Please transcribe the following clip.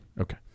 Okay